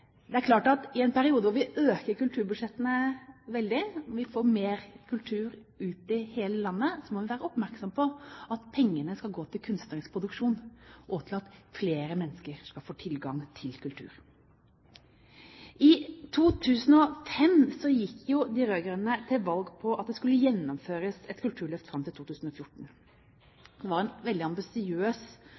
Det er klart at i en periode hvor vi øker kulturbudsjettene veldig og ønsker å få mer kultur ut til hele landet, må vi være oppmerksom på at pengene skal gå til kunstnerisk produksjon og til at flere mennesker skal få tilgang til kultur. I 2005 gikk de rød-grønne til valg på at det skulle gjennomføres et kulturløft fram til 2014. Det var en veldig ambisiøs